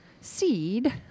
seed